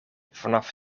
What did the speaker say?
vanaf